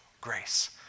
grace